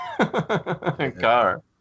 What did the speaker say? car